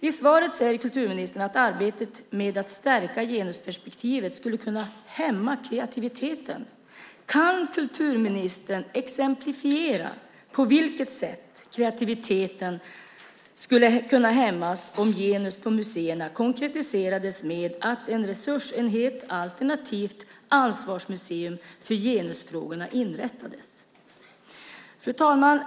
I svaret säger kulturministern att arbetet med att stärka genusperspektivet skulle kunna hämma kreativiteten. Kan kulturministern exemplifiera på vilket sätt kreativiteten skulle kunna hämmas om genus på museerna konkretiserades med att en resursenhet alternativt ett ansvarsmuseum för genusfrågorna inrättades? Fru talman!